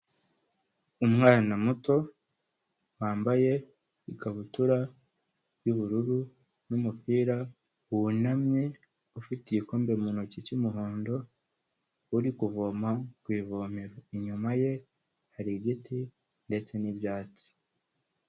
Umwana muto wambaye ikabutura yu'bururu n'umupira wunamye ufite igikombe mu ntoki cyumuhondo uri kuvoma ku ivomero inyuma ye hari igiti ndetse n'ibyatsi.